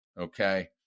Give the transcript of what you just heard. Okay